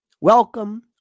welcome